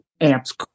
amps